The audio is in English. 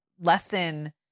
lesson